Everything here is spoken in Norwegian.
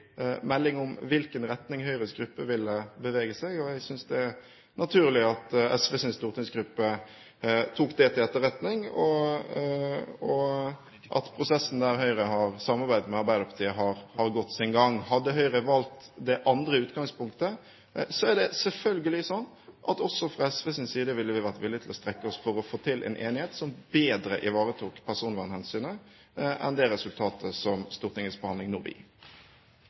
melding om i hvilken retning Høyres gruppe ville bevege seg. Jeg synes det er naturlig at SVs stortingsgruppe tok det til etterretning, og at prosessen, der Høyre har samarbeidet med Arbeiderpartiet, har gått sin gang. Hadde Høyre valgt det andre utgangspunktet, er det selvfølgelig sånn at også fra SVs side ville vi vært villig til å strekke oss for å få til en enighet som bedre ivaretok personvernhensynet enn det resultatet som Stortingets behandling nå